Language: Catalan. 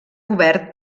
cobert